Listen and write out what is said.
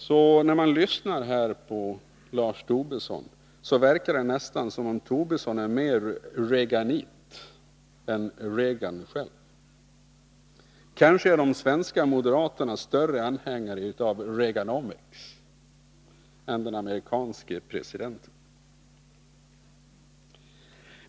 Av Lars Tobissons anförande här i dag verkar det nästan som om han är mera Reaganit än Reagan själv. Kanske är de svenska moderaterna större anhängare av Reaganomics än den amerikanske presidenten!